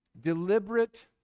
Deliberate